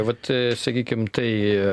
vat sakykim tai